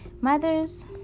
Mothers